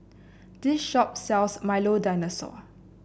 this shop sells Milo Dinosaur